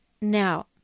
now